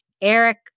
Eric